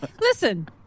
listen